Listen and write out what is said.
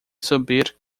subir